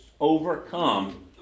overcome